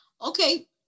Okay